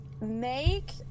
make